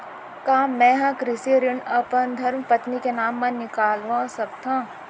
का मैं ह कृषि ऋण अपन धर्मपत्नी के नाम मा निकलवा सकथो?